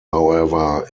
however